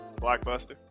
Blockbuster